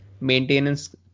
maintenance